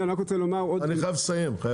אני חייב לסיים.